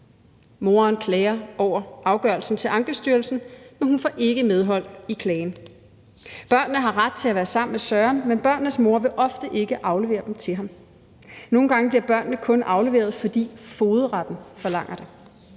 Moren klager over afgørelsen til Ankestyrelsen, men hun får ikke medhold i klagen. Børnene har ret til at være sammen med Søren, men børnenes mor vil ofte ikke aflevere dem til ham. Nogle gange bliver børnene kun afleveret, fordi fogedretten forlanger det.